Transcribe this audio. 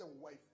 wife